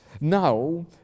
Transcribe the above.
Now